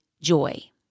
joy